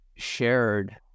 shared